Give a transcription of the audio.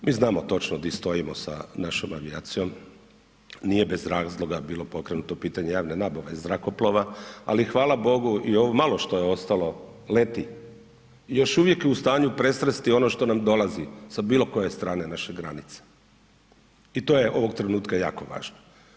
Mi znamo točno gdje stojimo točno sa našom avijacijom, nije bez razloga bilo pokrenuto pitanje javne nabave zrakoplova, ali hvala Bogu i ovo malo što je ostalo leti i još uvijek je u stanju presresti ono što nam dolazi sa bilo koje strane naše granice i to je ovog trenutka jako važno.